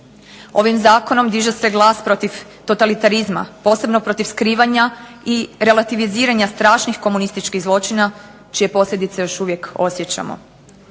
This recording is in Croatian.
Ovim zakonom diže se glas protiv totalitarizma, posebno protiv skrivanja i relativiziranja strašnih komunističkih zločina, čije posljedice još uvijek osjećamo.